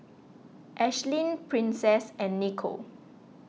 Ashlyn Princess and Nico